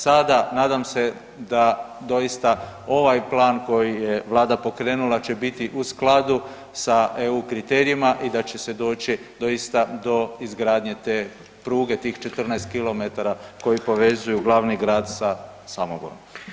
Sada, nadam se da doista ovaj plan koji je Vlada pokrenula, će biti u skladu sa EU kriterijima i da će se doći doista do izgradnje te pruge, tih 14 km koji povezuju glavni grad sa Samoborom.